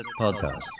Podcast